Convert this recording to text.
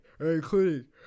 Including